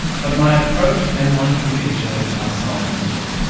but my approach and my conviction are scientific.